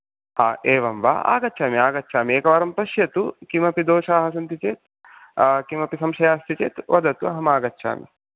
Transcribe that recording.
हा एवं वा आगच्छामि आगच्छामि एकवारं पश्यतु किमपि दोषाः सन्ति चेत् किमपि संशयः सन्ति चेत् वदतु अहम् आगच्छामि